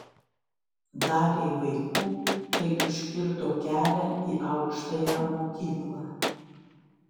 daliai vaikų tai užkirto kelią į aukštąją mokyklą